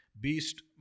beast